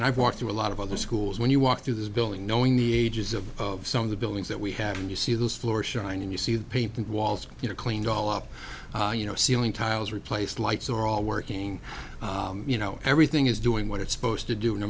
and i've walked through a lot of other schools when you walk through this building knowing the ages of some of the buildings that we have and you see those floors shine and you see the paint the walls you know cleaned all up you know ceiling tiles replaced lights are all working you know everything is doing what it's supposed to do no